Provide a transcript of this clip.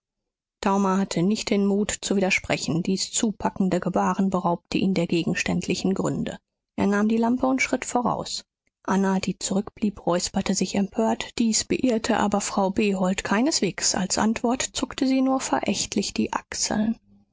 daumer hatte nicht den mut zu widersprechen dies zupackende gebaren beraubte ihn der gegenständlichen gründe er nahm die lampe und schritt voraus anna die zurückblieb räusperte sich empört dies beirrte aber frau behold keineswegs als antwort zuckte sie nur verächtlich die achseln